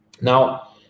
now